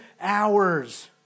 hours